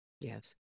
yes